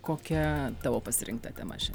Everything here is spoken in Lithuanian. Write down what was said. kokia tavo pasirinktą temą